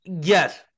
Yes